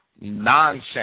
nonsense